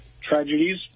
tragedies